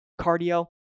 cardio